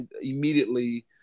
immediately